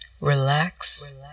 relax